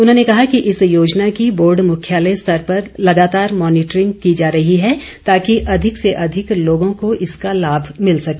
उन्होंने कहा कि इस योजना की बोर्ड मुख्यालय स्तर पर लगातार मॉनीटरिंग की जा रही है ताकि अधिक से अधिक लोगों को इसका लाभ भिल सके